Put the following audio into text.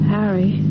Harry